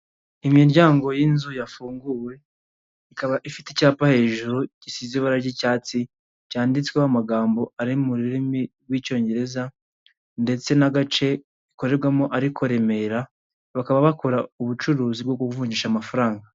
Imiryango y'inzu yafunguwe, ikaba ifite icyapa hejuru gisize ibara ry'icyatsi, cyanditsweho amagambo ari mu rurimi rw'icyongereza ndetse n'agace ikorerwamo ariko Remera, bakaba bakora ubucuruzi bwo kuvunjisha amafaranga.